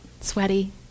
sweaty